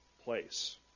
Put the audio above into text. place